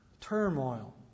turmoil